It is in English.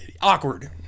awkward